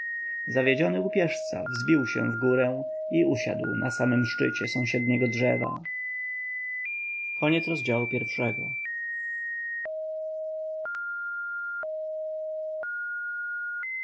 zawiedziony łupiezca wzbił się w górę i usiadł na samym szczycie sąsiedniego drzewa